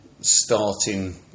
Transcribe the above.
starting